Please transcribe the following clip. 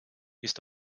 ist